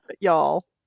y'all